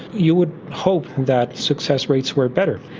you would hope that success rates were better.